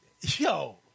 yo